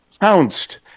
Pounced